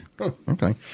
Okay